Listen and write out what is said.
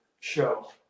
show